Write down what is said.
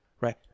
right